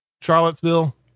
Charlottesville